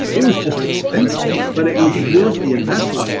it was just expensive, but it was worth the investment,